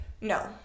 No